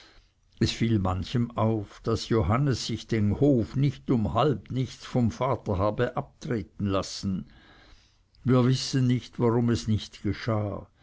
es fiel manchem auf daß johannes sich den hof nicht um halb nichts vom vater habe abtreten lassen wir wissen nicht warum es nicht geschah